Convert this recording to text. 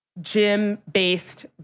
gym-based